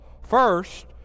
first